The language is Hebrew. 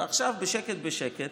ועכשיו, בשקט בשקט,